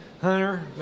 Hunter